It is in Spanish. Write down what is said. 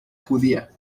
judía